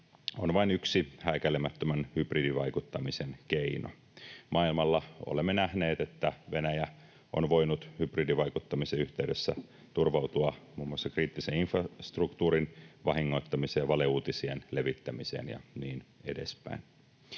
on vain yksi häikäilemättömän hybridivaikuttamisen keino. Maailmalla olemme nähneet, että Venäjä on voinut hybridivaikuttamisen yhteydessä turvautua muun muassa kriittisen infrastruktuurin vahingoittamiseen, valeuutisien levittämiseen ja niin edespäin.